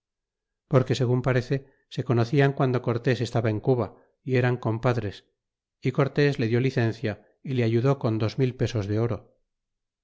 porque segun parece se conocian guando cortés estaba en cuba y eran compadres y cortés le dió licencia y le ayudó con dos mil pesos de oro